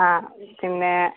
ആ പിന്നേ